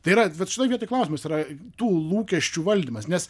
tai yra vat šitoj vietoj klausimas yra tų lūkesčių valdymas nes